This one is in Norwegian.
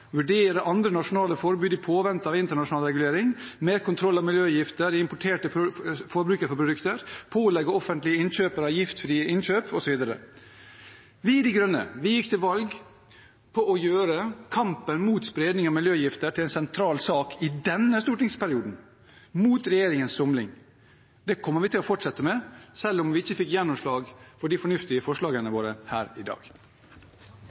vurdere andre nasjonale forbud i påvente av internasjonal regulering, mer kontroll av miljøgifter på importerte forbrukerprodukter, pålegge offentlige innkjøpere giftfrie innkjøp, osv. Vi, Miljøpartiet De Grønne, gikk til valg på å gjøre kampen mot spredning av miljøgifter til en sentral sak i denne stortingsperioden, mot regjeringens somling. Det kommer vi til å fortsette med, selv om vi ikke fikk gjennomslag for de fornuftige forslagene våre her i dag.